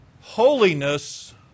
Holiness